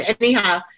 Anyhow